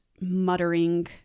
muttering